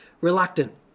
reluctant